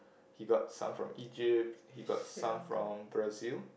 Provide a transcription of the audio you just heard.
he got some from Egypt he got some from Brazil